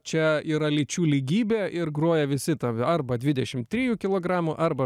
čia yra lyčių lygybė ir groja visi tav arba dvidešim trijų kilogramų arba